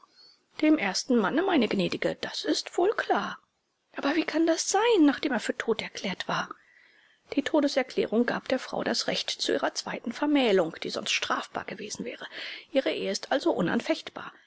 dem ersten manne meine gnädige das ist wohl klar aber wie kann das sein nachdem er für tot erklärt war die todeserklärung gab der frau das recht zu ihrer zweiten vermählung die sonst strafbar gewesen wäre ihre ehe ist also